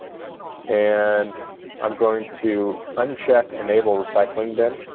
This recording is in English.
and i'm going to uncheck enable recycling bin